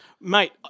Mate